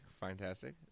Fantastic